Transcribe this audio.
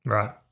Right